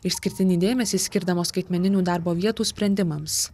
išskirtinį dėmesį skirdamos skaitmeninių darbo vietų sprendimams